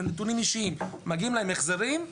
נתונים אישיים שלאנשים מגיעים החזרים,